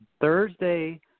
Thursday